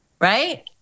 right